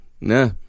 nah